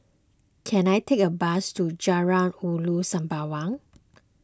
can I take a bus to Jalan Ulu Sembawang